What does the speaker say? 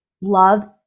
love